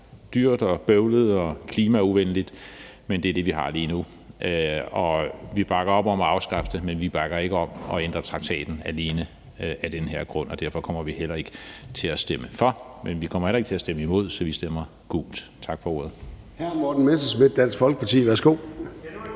dyrt, bøvlet og klimauvenligt, men det er det, vi har lige nu. Vi bakker op om at afskaffe det, men vi bakker ikke op om at ændre traktaten alene af den her grund, og derfor kommer vi heller ikke til at stemme for, men vi kommer heller ikke til at stemme imod, så vi stemmer gult. Tak for ordet. Kl. 15:12 Formanden (Søren Gade): Hr. Morten Messerschmidt, Dansk Folkeparti. Værsgo.